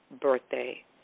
birthday